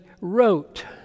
wrote